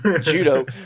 Judo